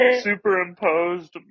superimposed